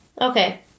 Okay